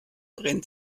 brennt